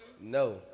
No